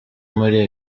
muri